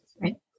right